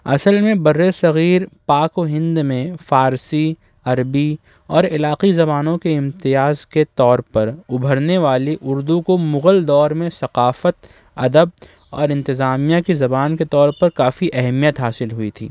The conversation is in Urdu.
اصل میں برِ صغیر پاک و ہند میں فارسی عربی اور علاقی زبانوں کے امتیاز کے طور پر ابھرنے والی اردو کو مغل دور میں ثقافت ادب اور انتظامیہ کی زبان کے طور پر کافی اہمیت حاصل ہوئی تھی